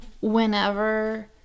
whenever